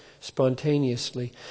spontaneously